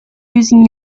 losing